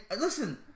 listen